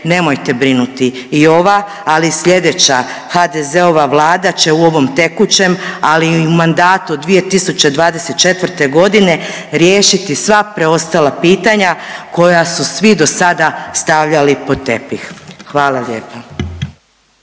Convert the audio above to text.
nemojte brinuti. I ova, ali i slijedeća HDZ-ova Vlada će u ovom tekućem, ali i u mandatu 2024. riješiti sva preostala pitanja koja su svi dosada stavljali pod tepih. Hvala lijepa.